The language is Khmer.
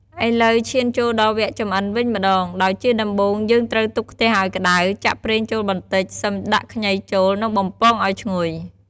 ឥឡូវឈានចូលដល់វគ្គចម្អិនវិញម្ដង ដោយជាដំបូង យើងត្រូវទុកខ្ទះឲ្យក្ដៅ ចាក់ប្រេងចូលបន្តិច សិមដាក់ខ្ញីចូល និងបំពងឲ្យឈ្ងុយ។